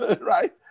Right